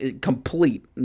complete